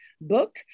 book